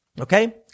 Okay